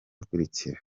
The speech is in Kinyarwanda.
akurikira